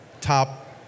top